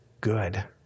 good